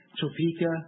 Topeka